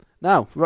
now